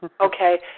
Okay